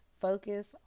focus